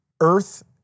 Earth